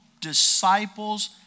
disciples